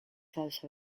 also